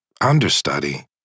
understudy